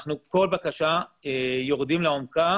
כל בקשה אנחנו יורדים לעומקה